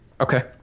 Okay